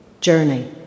journey